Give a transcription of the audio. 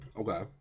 Okay